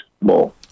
more